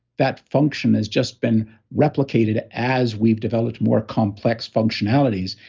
that function has just been replicated as we've developed more complex functionalities.